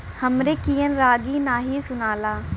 हमरे कियन रागी नही सुनाला